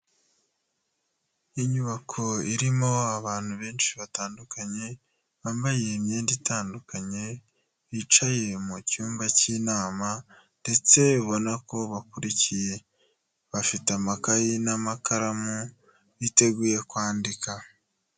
Inyubako irimo abantu benshi batandukanye, bambaye imyenda itandukanye, bicaye mu cyumba cy'inama ndetse ubona ko bakurikiye bafite amakaye n'amakaramu biteguye kwandika.